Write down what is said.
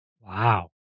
Wow